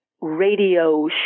radio